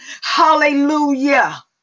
Hallelujah